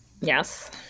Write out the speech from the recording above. Yes